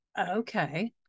Okay